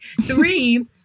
Three